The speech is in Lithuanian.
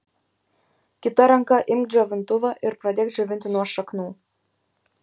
kita ranka imk džiovintuvą ir pradėk džiovinti nuo šaknų